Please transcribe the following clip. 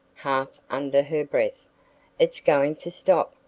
half under her breath it's going to stop.